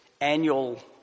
annual